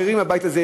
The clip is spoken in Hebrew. ואחרים בבית הזה,